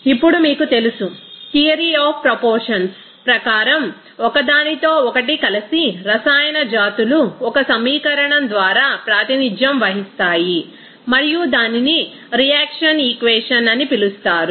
ఇప్పుడు మీకు తెలుసు థియరి ఆఫ్ ప్రపోర్షన్స్ ప్రకారం ఒకదానితో ఒకటి కలిసిన రసాయన జాతులు ఒక సమీకరణం ద్వారా ప్రాతినిధ్యం వహిస్తాయి మరియు దానిని రియాక్షన్ ఈక్వేషన్ అని పిలుస్తారు